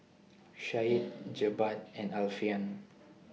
Syed Jebat and Alfian